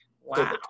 wow